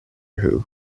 who